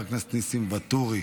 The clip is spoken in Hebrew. חבר הכנסת ניסים ואטורי,